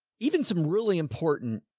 even some really important,